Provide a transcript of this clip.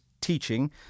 teaching